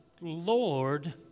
Lord